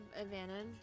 advantage